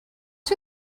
who